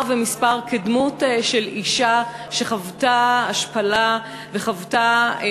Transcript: ומספר כדמות של אישה שחוותה השפלה ואיומים,